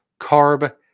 carb